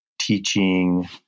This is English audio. teaching